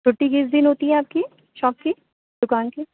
چھٹی کس دن ہوتی ہے آپ کی شاپ کی دوکان کی